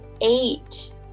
eight